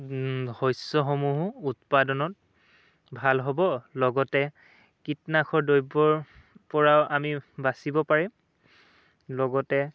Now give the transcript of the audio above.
শস্যসমূহো উৎপাদনত ভাল হ'ব লগতে কীটনাশৰ দ্ৰব্যৰ পৰাও আমি বাচিব পাৰিম লগতে